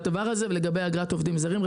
לגבי הסיפור של אגרת עובדים זרים: